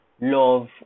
love